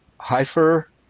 heifer